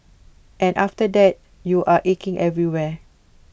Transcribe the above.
and after that you're aching everywhere